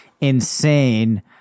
insane